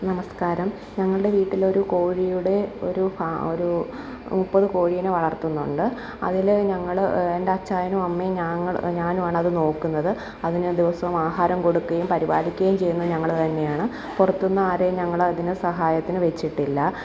നമസ്ക്കാരം ഞങ്ങളുടെ വീട്ടിലൊരു ഒരു കോഴിയുടെ ഒരു ഫാ ഒരൂ മുപ്പത് കോഴിയെ വളര്ത്തുന്നുണ്ട് അതിൽ ഞങ്ങൾ എന്റെ അച്ചായനും അമ്മയും ഞങ്ങൾ ഞാനുമാണത് നോക്കുന്നത് അതിന് ദിവസവും ആഹാരം കൊടുക്കുകയും പരിപാലിക്കുകയും ചെയ്യുന്നത് ഞങ്ങൾ തന്നെയാണ് പുറത്തു നിന്നും ആരെയും ഞങ്ങൾ അതിനു സഹായത്തിന് വെച്ചിട്ടില്ല